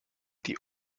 die